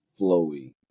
flowy